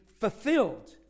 fulfilled